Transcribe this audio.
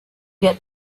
get